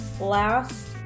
last